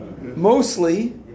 Mostly